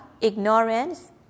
ignorance